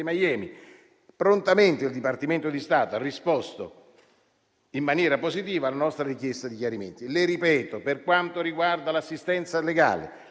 Miami. Prontamente il Dipartimento di Stato ha risposto in maniera positiva alla nostra richiesta di chiarimenti. Le ripeto che, per quanto riguarda l'assistenza legale,